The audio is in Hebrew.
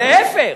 להיפך.